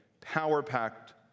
power-packed